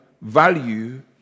value